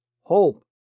hope